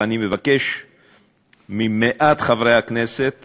אבל אני מבקש ממעט חברי הכנסת